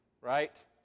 Right